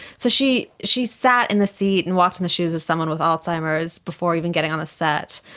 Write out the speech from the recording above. so she she sat in the seat and walked in the shoes of someone with alzheimer's before even getting on the set,